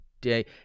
day